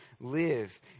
live